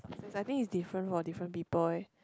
I think is different for different people leh